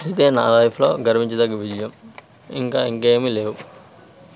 ఇదే నా లైఫ్లో గర్వించతగ్గ విజయం ఇంక ఇంకేమీ లేవు